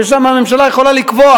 שם הממשלה יכולה לקבוע,